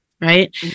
right